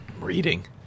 reading